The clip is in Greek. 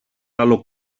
άλλο